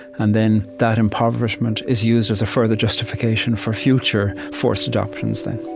and then, that impoverishment is used as a further justification for future forced adoptions, then